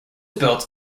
built